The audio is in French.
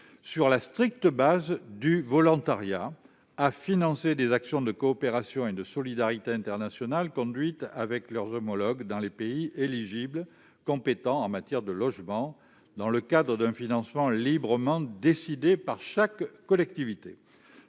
sur la stricte base du volontariat des actions de coopération et de solidarité internationales conduites avec leurs homologues dans les pays éligibles compétents en matière de logement, dans le cadre d'un financement librement décidé par chaque collectivité.